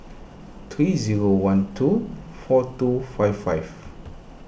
three zero one two four two five five